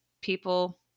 people